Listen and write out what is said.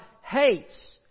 hates